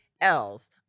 else